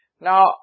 Now